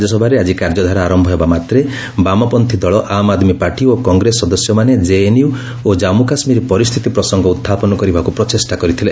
ରାଜ୍ୟସଭାରେ ଆଜି କାର୍ଯ୍ୟଧାରା ଆରମ୍ଭ ହେବାମାତ୍ରେ ବାମପନ୍ତ୍ରୀ ଦଳ ଆମ୍ଆଦମୀ ପାର୍ଟି ଓ କଂଗ୍ରେସ ସଦସ୍ୟମାନେ ଜେଏନ୍ୟୁ ଓ ଜାନ୍ମକାଶ୍ମୀର ପରିସ୍ଥିତି ପ୍ରସଙ୍ଗ ଉତ୍ଥାପନ କରିବାକୁ ପ୍ରଚେଷ୍ଟା କରିଥିଲେ